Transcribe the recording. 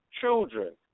children